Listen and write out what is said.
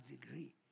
degree